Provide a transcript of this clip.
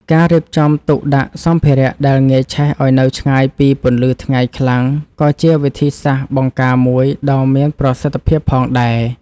ការរៀបចំទុកដាក់សម្ភារៈដែលងាយឆេះឱ្យនៅឆ្ងាយពីពន្លឺថ្ងៃខ្លាំងក៏ជាវិធីសាស្ត្របង្ការមួយដ៏មានប្រសិទ្ធភាពផងដែរ។